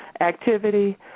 activity